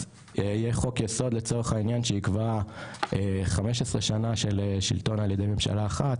אז יהיה חוק יסוד לצורך העניין שיקבע 15 שנה של שלטון על ידי ממשלה אחת,